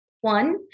One